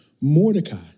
Mordecai